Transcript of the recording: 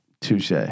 Touche